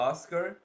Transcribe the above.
Oscar